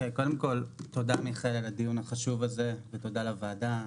קודם כל תודה מיכאל על הדיון החשוב הזה ותודה לוועדה,